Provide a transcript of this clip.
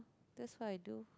that's how I do